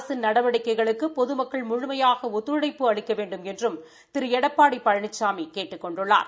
அரசின் நடவடிக்கைகளுக்கு பொதுமக்கள் முழுமையாக ஒத்துழைப்பு அளிக்க வேண்டுமென்றும் திரு எடப்பாடி பழனிசாமி கேட்டுக் கொண்டுள்ளார்